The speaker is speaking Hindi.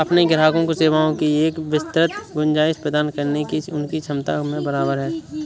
अपने ग्राहकों को सेवाओं की एक विस्तृत गुंजाइश प्रदान करने की उनकी क्षमता में बराबर है